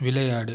விளையாடு